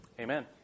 Amen